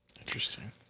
Interesting